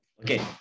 Okay